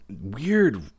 weird